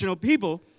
people